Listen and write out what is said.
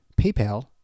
PayPal